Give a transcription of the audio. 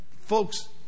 Folks